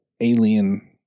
alien